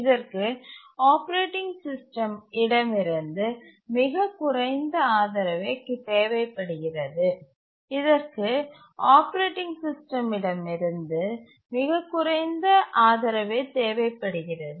இதற்கு operating system இடமிருந்து மிகக் குறைந்த ஆதரவே தேவைப்படுகிறது